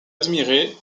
admirer